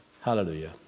Hallelujah